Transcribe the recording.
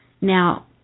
Now